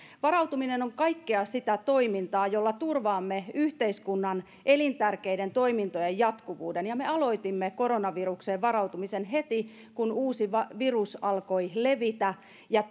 varautuminen on kaikkea sitä toimintaa jolla turvaamme yhteiskunnan elintärkeiden toimintojen jatkuvuuden ja me aloitimme koronavirukseen varautumisen heti kun uusi virus alkoi levitä ja